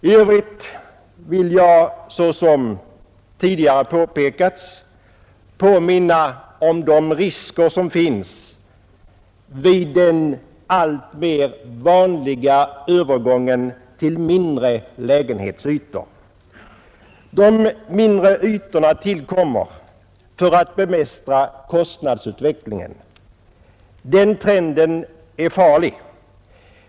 I övrigt vill även jag — det har påpekats tidigare — påminna om de risker som finns med den allt vanligare övergången till mindre lägenhetsytor. De mindre ytorna tillkommer för att bemästra kostnadsutvecklingen, och den trenden är farlig.